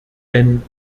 denn